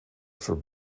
for